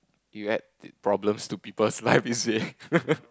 you add problems to people's life is it